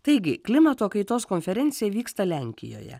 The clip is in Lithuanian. taigi klimato kaitos konferencija vyksta lenkijoje